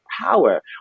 power